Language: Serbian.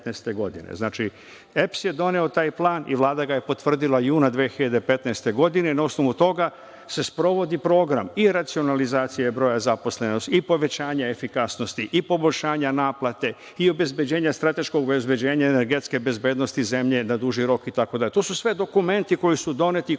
godine. Znači, EPS je doneo taj plan i Vlada ga je potvrdila juna 2015. godine. Na osnovu toga se sprovodi program i racionalizacije broja zaposlenih, i povećanja efikasnosti i poboljšanja naplate i obezbeđenja strateškog energetske bezbednosti zemlje na duži rok itd. To su sve dokumenti koji su doneti i